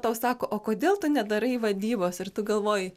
tau sako o kodėl tu nedarai vadybos ir tu galvoji